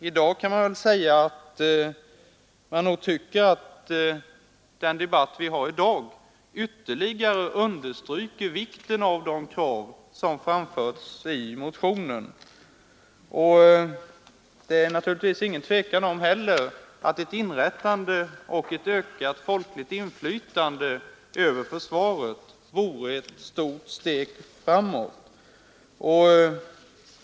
Man kan nog säga att dagens debatt ytterligare understryker vikten av de krav som framfördes i motionen. Det är naturligtvis inte heller någon tvekan om att ett inrättande av lekmannastyrelse och ett folkligt inflytande över försvaret vore ett stort steg framåt.